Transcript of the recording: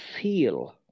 feel